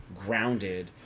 grounded